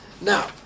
Now